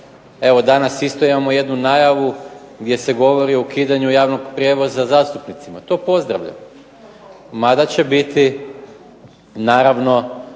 evo danas isto imamo jednu najavu gdje se govori o ukidanju javnog prijevoza zastupnicima, to pozdravljam. Mada će biti naravno